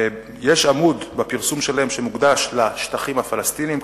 יש עמוד בפרסום שלהם שמוקדש לשטחים הפלסטיניים,